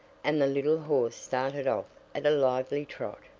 and the little horse started off at a lively trot.